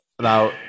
now